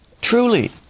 Truly